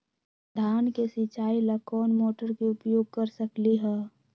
धान के सिचाई ला कोंन मोटर के उपयोग कर सकली ह?